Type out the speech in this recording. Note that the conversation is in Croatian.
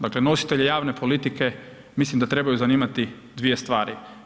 Dakle, nositelji javne politike mislim da trebaju zanimati dvije stvari.